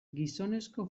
gizonezko